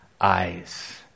eyes